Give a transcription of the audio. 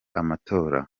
amatora